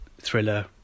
thriller